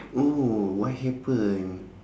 oh what happened